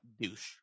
douche